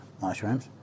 mushrooms